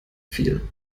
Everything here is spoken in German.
viel